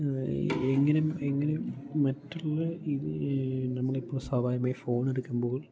എങ്ങനെ എങ്ങനെ മറ്റുള്ള ഇത് നമ്മൾ ഇപ്പോൾ സ്വാഭാവികമായി ഫോൺ എടുക്കുമ്പോൾ